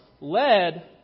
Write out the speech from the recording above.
led